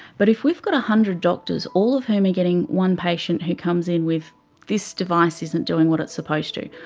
but if we've got one hundred doctors all of whom are getting one patient who comes in with this device isn't doing what it's supposed to,